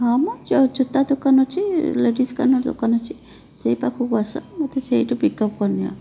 ହଁ ମ ଯେଉଁ ଜୋତା ଦୋକାନ ଅଛି ଲେଡ଼ିସ୍ କର୍ଣ୍ଣର୍ ଦୋକାନ ଅଛି ସେଇ ପାଖକୁ ଆସ ମୋତେ ସେଇଠୁ ପିକ୍ ଅପ୍ କରିନିଅ